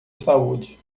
saúde